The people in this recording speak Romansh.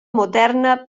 moderna